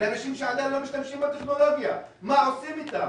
לאנשים שעדיין לא משתמשים בטכנולוגיה מה עושים איתם,